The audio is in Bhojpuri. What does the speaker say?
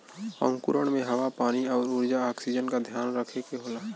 अंकुरण में हवा पानी आउर ऊर्जा ऑक्सीजन का ध्यान रखे के होला